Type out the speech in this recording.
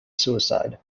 suicide